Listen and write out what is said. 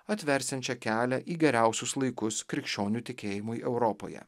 atversiančią kelią į geriausius laikus krikščionių tikėjimui europoje